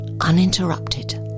Uninterrupted